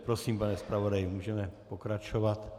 Prosím, pane zpravodaji, můžeme pokračovat.